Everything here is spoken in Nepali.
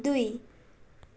दुई